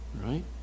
right